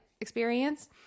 experience